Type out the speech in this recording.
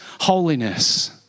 holiness